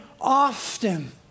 often